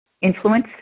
influence